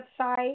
website